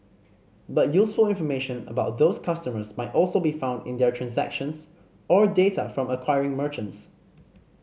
but useful information about those customers might also be found in their transactions or data from acquiring merchants